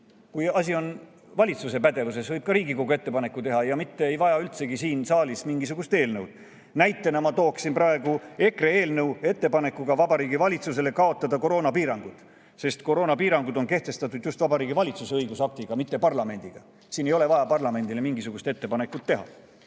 Kui asi on valitsuse pädevuses, võib ka Riigikogu ettepaneku teha ja ei vaja üldsegi siin saalis mingisugust eelnõu. Näitena ma tooksin praegu EKRE eelnõu ettepanekuga Vabariigi Valitsusele kaotada koroonapiirangud, sest koroonapiirangud on kehtestatud just Vabariigi Valitsuse õigusaktiga, mitte parlamendis. Siin ei ole vaja parlamendile mingisugust ettepanekut teha